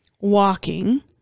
walking